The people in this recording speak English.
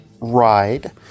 ride